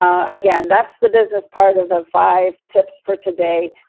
um again, that's the business part of the five tips for today.